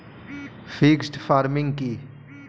Mixed farming কি?